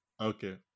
Okay